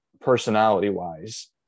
personality-wise